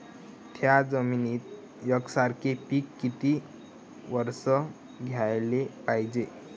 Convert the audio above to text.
थ्याच जमिनीत यकसारखे पिकं किती वरसं घ्याले पायजे?